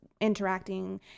interacting